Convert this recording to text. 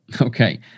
okay